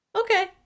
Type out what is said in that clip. Okay